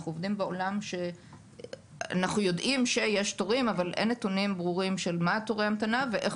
אנחנו יודעים שיש תורים אבל אין נתונים ברורים של מה תורי המתנה